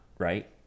right